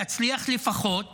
תצליח לפחות